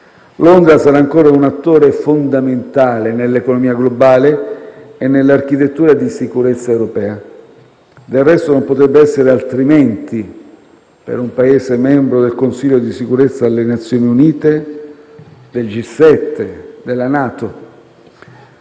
Londra sarà ancora un attore fondamentale nell'economia globale e nell'architettura di sicurezza europea. Del resto, non potrebbe essere altrimenti per un Paese membro del Consiglio di sicurezza delle Nazioni Unite, del G7 e della NATO.